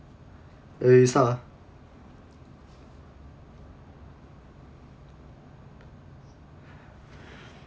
eh you start ah